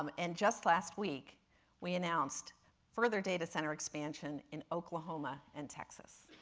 um and just last week we announced further data center expansion in oklahoma and texas.